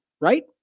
right